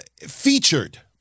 Featured